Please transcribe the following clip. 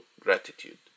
gratitude